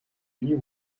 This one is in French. venue